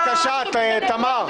בבקשה, תמר.